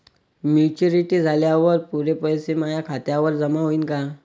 Maturity झाल्यावर पुरे पैसे माया खात्यावर जमा होईन का?